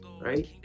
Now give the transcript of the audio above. right